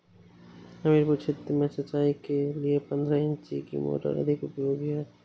हमीरपुर क्षेत्र में सिंचाई के लिए पंद्रह इंची की मोटर अधिक उपयोगी है?